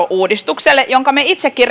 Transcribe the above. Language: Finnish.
uudistukselle jonka me itsekin